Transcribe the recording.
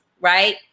right